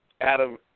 Adam